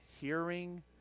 hearing